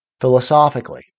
Philosophically